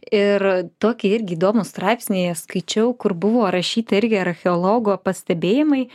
ir tokį irgi įdomų straipsnį skaičiau kur buvo rašyti irgi archeologo pastebėjimai